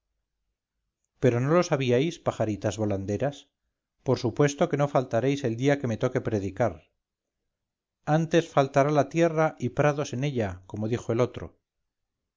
pero no lo sabíais pajaritas volanderas por supuesto que no faltaréis el día que me toque predicar antes faltará la tierra y prados en ella como dijo el otro